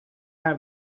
have